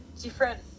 different